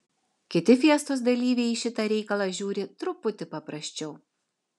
kiti fiestos dalyviai į šitą reikalą žiūri truputį paprasčiau